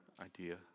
idea